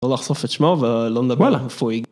לא לחשוף את שמו ולא נדבר איפה היא... -ואללה.